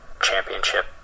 Championship